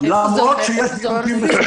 למרות שיש בידודים.